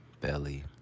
belly